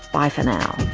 bye for now